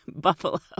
buffalo